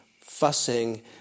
fussing